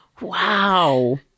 wow